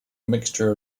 mixture